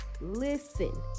listen